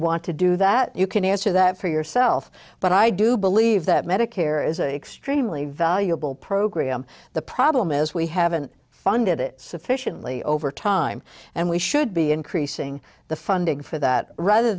want to do that you can answer that for yourself but i do believe that medicare is a stream leave valuable program the problem is we haven't funded it sufficiently over time and we should be increasing the funding for that rather